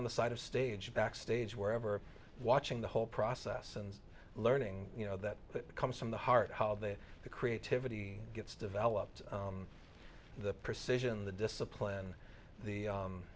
on the side of stage backstage wherever watching the whole process and learning you know that comes from the heart how the creativity gets developed the precision the discipline the